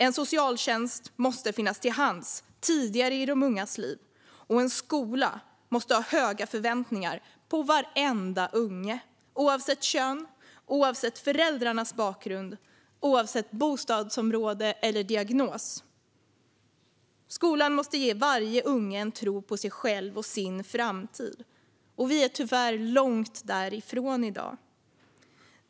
En socialtjänst måste finnas till hands tidigare i de ungas liv, och en skola måste ha höga förväntningar på varenda unge oavsett kön, oavsett föräldrarnas bakgrund och oavsett bostadsområde eller diagnos. Skolan måste ge varje unge en tro på sig själv och sin framtid. Vi är tyvärr långt därifrån i dag.